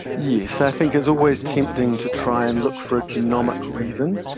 yes. i think it's always tempting to try and look for a genomic reason,